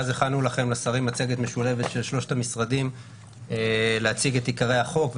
ואז הכנו לכם מצגת משולבת של שלושת המשרדים כדי להציג את עיקרי החוק,